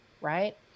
right